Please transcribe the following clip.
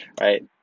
Right